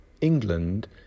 England